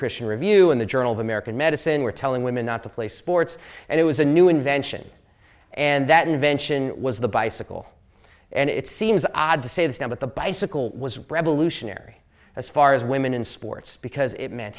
christian review in the journal of american medicine were telling women not to play sports and it was a new invention and that invention was the bicycle and it seems odd to say this now but the bicycle was revolutionary as far as women in sports because it meant